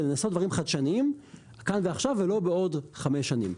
ולנסות דברים חדשניים כאן ועכשיו ולא בעוד חמש שנים.